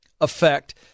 effect